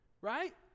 right